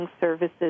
services